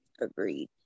Agreed